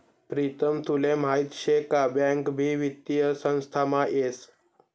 प्रीतम तुले माहीत शे का बँक भी वित्तीय संस्थामा येस